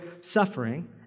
suffering